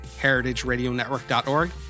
heritageradionetwork.org